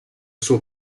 suo